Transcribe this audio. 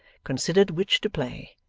considered which to play,